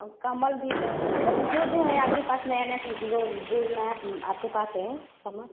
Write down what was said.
और कमल भी कर मतलब जो जो है आपके पास नया नया चीज़ वह जो नया आपके पास है सामान